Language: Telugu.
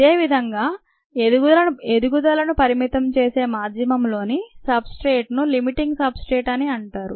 ఇదేవిధంగా ఎదుగుదలను పరిమితం చేసే మాధ్యమంలోని సబ్ స్ట్రేట్ ని లిమిటింగ్ సబ్ స్ట్రేట్ అని అంటారు